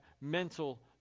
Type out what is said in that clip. mental